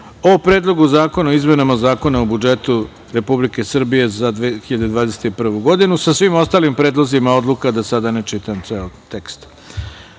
o Predlogu zakona o izmenama zakona o budžetu Republike Srbije za 2021. godinu sa svim ostalim predlozima odluka. Da li predstavnik